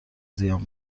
زیان